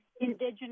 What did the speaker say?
indigenous